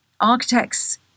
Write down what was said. architects